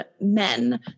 men